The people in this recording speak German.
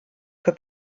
für